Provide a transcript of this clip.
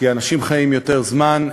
כי אנשים חיים יותר זמן,